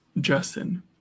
Justin